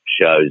shows